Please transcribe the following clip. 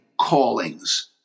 callings